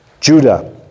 Judah